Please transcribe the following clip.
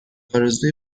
آرزوی